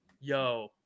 Yo